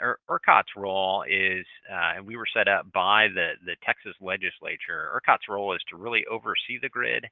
and ercot's role is we were set up by the the texas legislature. ercot's role is to really oversee the grid